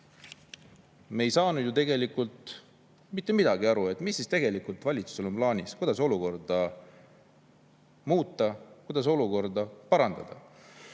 me ei saanud ju tegelikult mitte midagi aru: mis siis tegelikult valitsusel plaanis on, kuidas olukorda muuta, kuidas olukorda parandada?